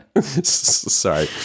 Sorry